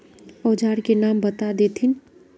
औजार के नाम बता देथिन?